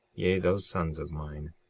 yea, those sons of mine,